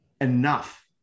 enough